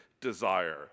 desire